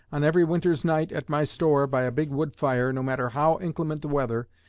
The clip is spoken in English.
on every winter's night at my store, by a big wood fire, no matter how inclement the weather,